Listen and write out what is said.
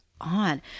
on